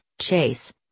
Chase